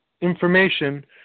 information